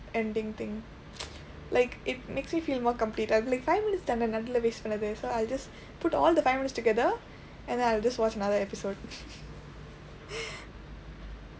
ending thing like it makes me feel more complete I'll be like five minutes தானே நடுவில:thaanee naduvila waste பண்ணது:pannathu so I just put all the five minutes together and I'll just watch another episode